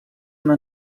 una